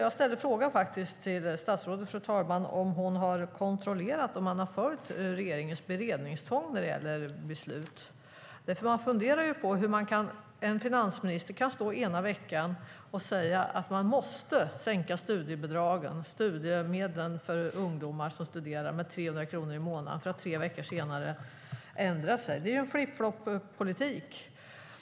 Jag frågade statsrådet, fru talman, om hon har kontrollerat ifall man följt regeringens beredningstvång när det gäller beslut. Jag funderar på hur finansministern ena veckan kan säga att man måste sänka studiemedlen med 300 kronor i månaden för ungdomar som studerar för att tre veckor senare ändra sig. Det är en flip-flop-politik.